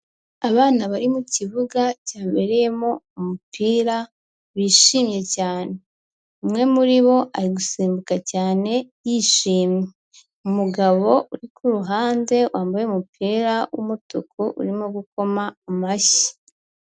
Abana bari mu kibuga cyabereyemo umupira bishimye cyane, umwe muri bo ari gusimbuka cyane yishimye, umugabo uri ku ruhande wambaye umupira w'umutuku urimo gukoma amashyi.